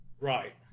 Right